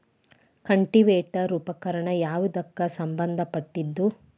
Cultivator ಉಪಕರಣ ಯಾವದಕ್ಕ ಸಂಬಂಧ ಪಟ್ಟಿದ್ದು?